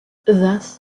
thus